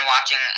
watching